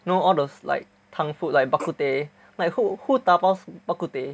you know all those like 汤 food like bak-kut-teh like who who 打包 bak-kut-teh